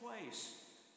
place